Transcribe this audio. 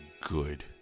good